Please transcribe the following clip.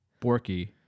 Borky